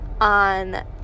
on